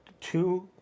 two